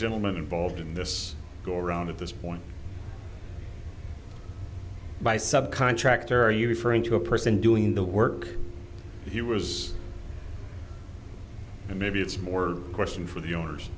gentleman involved in this go around at this point by subcontractor are you referring to a person doing the work he was maybe it's more a question for the owners